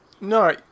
no